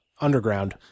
underground